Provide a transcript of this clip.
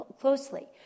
closely